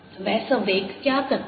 वह संवेग क्या करता है